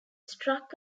struck